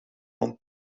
non